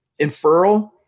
inferral